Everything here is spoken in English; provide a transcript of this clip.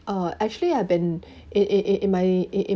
uh actually I've been in in in my in in